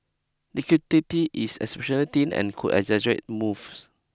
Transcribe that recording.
liquidity is exceptionally thin and could exaggerate moves